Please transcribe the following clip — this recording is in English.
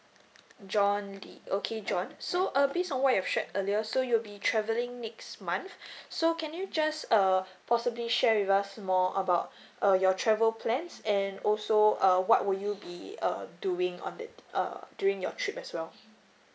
john lee okay john so err based on what you've shared earlier so you'll be travelling next month so can you just uh possibly share with us more about uh your travel plans and also uh what would you be uh doing on it uh during your trip as well